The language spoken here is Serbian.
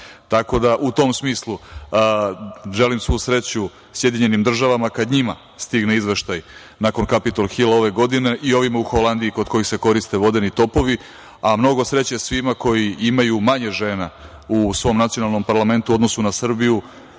da, u tom smislu, želim svu sreću SAD kad njima stigne izveštaj nakon Kapitol hila ove godine i ovima u Holandiji kod kojih se koriste vodeni topovi, a mnogo sreće svima koji imaju manje žena u svom nacionalnom parlamentu u odnosu na Srbiju.